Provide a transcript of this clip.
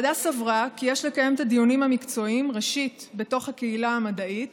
הוועדה סברה כי יש לקיים את הדיונים המקצועיים ראשית בתוך הקהילה המדעית